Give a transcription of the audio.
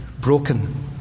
broken